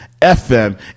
FM